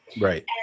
Right